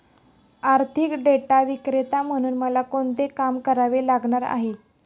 आर्थिक डेटा विक्रेता म्हणून मला कोणते काम करावे लागणार आहे?